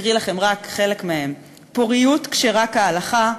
אקריא לכם רק חלק מהם: פוריות כשרה כהלכה,